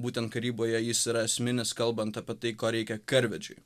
būtent karyboje jis yra esminis kalbant apie tai ko reikia karvedžiui